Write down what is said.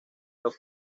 los